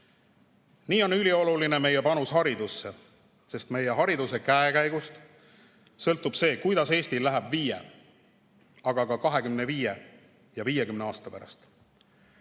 Nii on ülioluline meie panus haridusse, sest meie hariduse käekäigust sõltub see, kuidas Eestil läheb viie, aga ka 25 ja 50 aasta pärast.